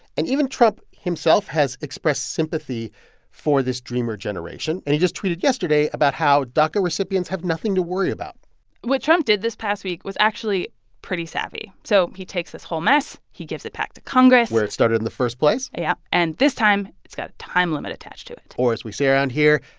and even trump himself has expressed sympathy for this dreamer generation. and he just tweeted yesterday about how daca recipients have nothing to worry about what trump did this past week was actually pretty savvy. so he takes this whole mess. he gives it back to congress where it started in the first place yeah. and this time, it's got a time limit attached to it or, as we say around here,